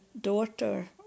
daughter